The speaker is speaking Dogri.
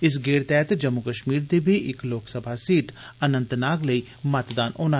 इस गेड़ तैहत जम्मू कश्मीर दी बी इक लोकसभा सीट अनंतनाग लेई मतदान होना ऐ